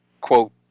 quote